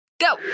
go